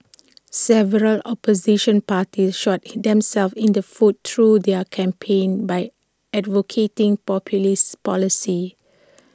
several opposition parties shot themselves in the foot through their campaigns by advocating populist policies